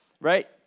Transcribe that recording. right